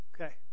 Okay